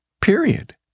period